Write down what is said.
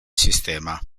sistema